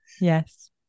Yes